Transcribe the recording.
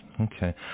Okay